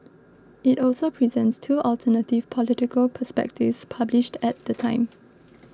it also presents two alternative political perspectives published at the time